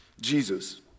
Jesus